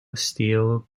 steel